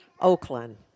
Oakland